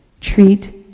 treat